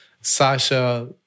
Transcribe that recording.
Sasha